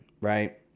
right